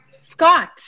Scott